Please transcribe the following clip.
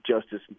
justice